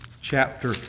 chapter